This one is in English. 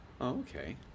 Okay